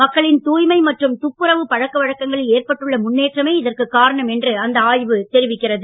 மக்களின் தூய்மை மற்றும் துப்புரவு பழக்க வழக்கங்களில் ஏற்பட்டுள்ள முன்னேற்றமே காரணம் என்று அந்த ஆய்வு தெரிவிக்கிறது